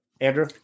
Andrew